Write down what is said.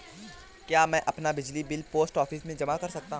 क्या मैं अपना बिजली बिल पोस्ट ऑफिस में जमा कर सकता हूँ?